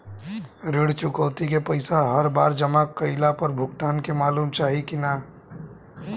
ऋण चुकौती के पैसा हर बार जमा कईला पर भुगतान के मालूम चाही की ना?